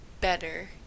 better